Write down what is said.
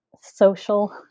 social